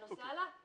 הנושא עלה.